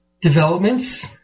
developments